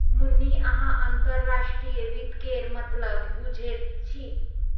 मुन्नी अहाँ अंतर्राष्ट्रीय वित्त केर मतलब बुझैत छी